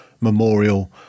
memorial